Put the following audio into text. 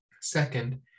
Second